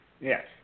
Yes